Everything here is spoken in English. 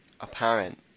apparent